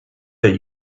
that